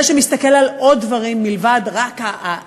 כזה שמסתכל על עוד דברים מלבד הערך.